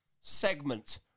segment